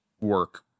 work